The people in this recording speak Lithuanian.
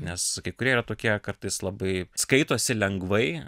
nes kai kurie yra tokie kartais labai skaitosi lengvai